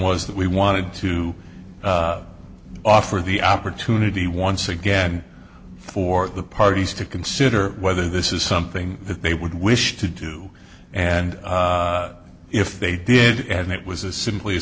was that we wanted to offer the opportunity once again for the parties to consider whether this is something that they would wish to do and if they did and it was a simply a